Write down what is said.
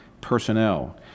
personnel